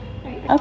Okay